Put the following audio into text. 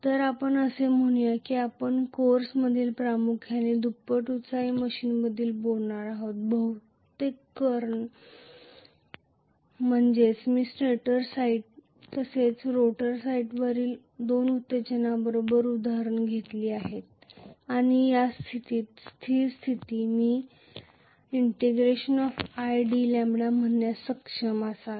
तर आपण असे म्हणूया की आपण या कोर्समध्ये प्रामुख्याने दुप्पट एक्सायटेड मशीनबद्दल बोलणार आहोत बहुतेक कारण म्हणजेच मी स्टेटर साइट तसेच रोटर साइटवरील दोन उत्तेजनांबरोबर उदाहरण घेतले आणि स्थिर स्थितीत मी ∫𝑖𝑑𝜆 म्हणण्यास सक्षम असावे